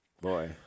boy